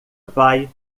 vai